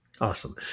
Awesome